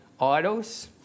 idols